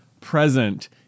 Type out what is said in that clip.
present